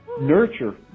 Nurture